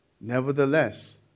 Nevertheless